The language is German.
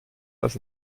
das